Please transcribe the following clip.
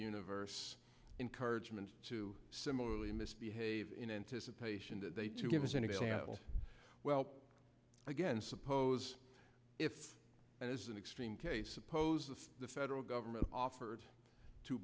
universe encouragement to similarly misbehave in anticipation that they do give us any well again suppose if it is an extreme case suppose that the federal government offered to